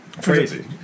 crazy